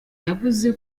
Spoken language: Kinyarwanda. yavuze